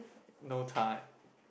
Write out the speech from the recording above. no time